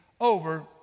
over